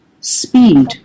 speed